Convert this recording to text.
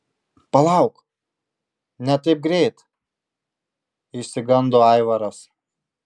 palauk ne taip greit išsigando aivaras